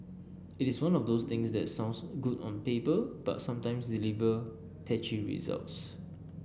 it is one of those things that sounds good on paper but sometimes deliver patchy results